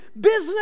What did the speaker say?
business